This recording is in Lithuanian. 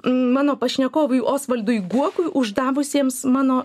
mano pašnekovui osvaldui guokui uždavusiems mano